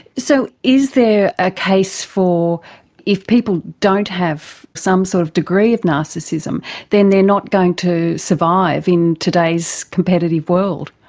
so is there a case for if people don't have some sort of degree of narcissism then they are not going to survive in today's competitive world?